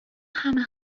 همه